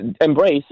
embrace